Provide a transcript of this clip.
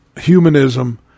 humanism